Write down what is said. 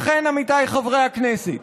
לכן, עמיתיי חברי הכנסת,